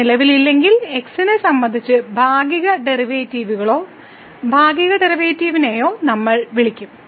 ഇത് നിലവിലില്ലെങ്കിൽ x നെ സംബന്ധിച്ച് ഭാഗിക ഡെറിവേറ്റീവുകളെയോ ഭാഗിക ഡെറിവേറ്റീവിനെയോ നമ്മൾ വിളിക്കും